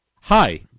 Hi